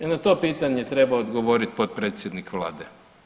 I na to pitanje treba odgovoriti potpredsjednik Vlade.